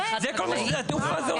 זה כל מה ששדה התעופה הזה עושה.